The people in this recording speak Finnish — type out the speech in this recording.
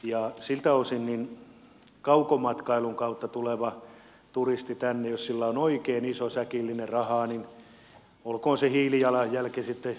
siltä osin kaukomatkailun kautta tänne tuleva turisti jos hänellä on oikein iso säkillinen rahaa olkoonkin se hiilijalanjälki sitten jonkunsorttinen tervetuloa